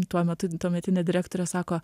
tuo metu tuometinė direktorė sako